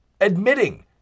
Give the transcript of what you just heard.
Admitting